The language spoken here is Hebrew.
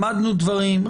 למדנו דברים,